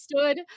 stood